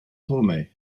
tome